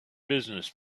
business